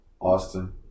Austin